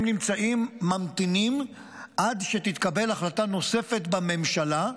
הם ממתינים עד שתתקבל החלטה נוספת בממשלה,